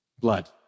blood